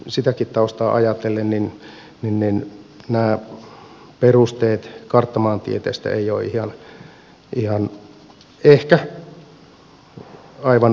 sitäkin taustaa ajatellen nämä perusteet karttamaantieteestä eivät ole ehkä aivan perusteltuja